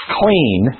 clean